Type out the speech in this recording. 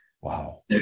Wow